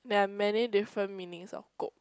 there are many different meanings of kope